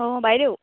অঁ বাইদেউ